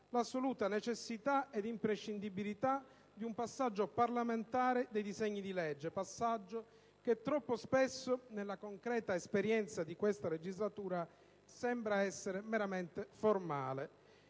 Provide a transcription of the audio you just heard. l'assoluta necessità ed imprescindibilità di un passaggio parlamentare dei disegni di legge, passaggio che troppo spesso - nella concreta esperienza di questa legislatura - sembra essere meramente formale.